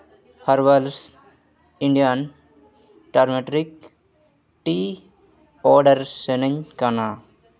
ᱦᱚᱨᱣᱟᱨᱥ Indian turmeric tea order ᱥᱟᱱᱟᱹᱧ ᱠᱟᱱᱟ